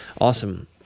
Awesome